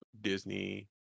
Disney